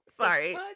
sorry